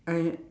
I